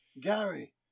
Gary